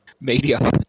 media